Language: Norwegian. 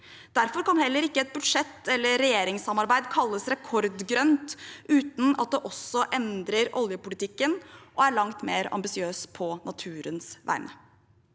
Derfor kan heller ikke et budsjett eller regjeringssamarbeid kalles rekordgrønt uten at det også endrer oljepolitikken og er langt mer ambisiøst på naturens vegne.